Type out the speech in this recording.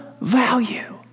value